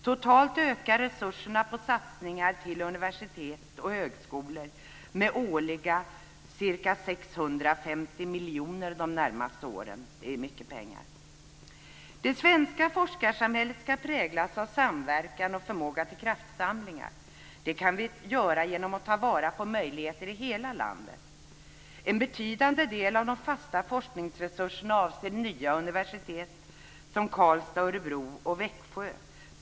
Totalt ökar resurserna för satsning på universitet och högskolor med årliga ca 650 miljoner de närmaste åren. Det är mycket pengar. Det svenska forskarsamhället ska präglas av samverkan och förmåga till kraftsamlingar. Det kan vi åstadkomma genom att ta vara på möjligheter i hela landet. En betydande del av de fasta forskningsresurserna avser nya universitet som Karlstad, Örebro och Växjö.